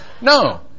No